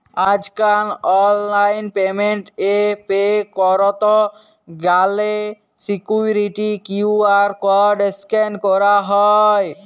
আজ কাল online payment এ পে ক্যরত গ্যালে সিকুইরিটি কিউ.আর কড স্ক্যান ক্যরা হ্য়